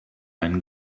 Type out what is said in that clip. einen